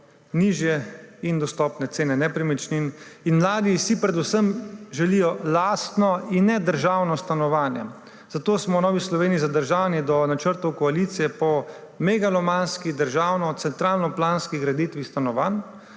nižje in dostopne cene nepremičnin. Mladi si predvsem želijo lastno in ne državnega stanovanja. Zato smo v Novi Sloveniji zadržani do načrtov koalicije po megalomanski državni centralnoplanski graditvi stanovanj.